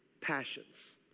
passions